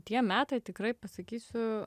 tie metai tikrai pasakysiu